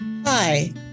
Hi